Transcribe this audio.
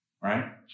Right